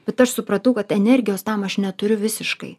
bet aš supratau kad energijos tam aš neturiu visiškai